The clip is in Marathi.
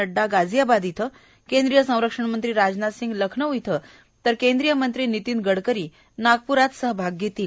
वइडा गास्तियाबाद इथं केंद्रीय संरक्षण मंत्री राजनाथ सिंग लखनऊ इथं तर केंद्रीय मंत्री वितीन गडकरी नागपुरात सहभागी होतील